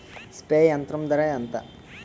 Spray యంత్రం ధర ఏంతా?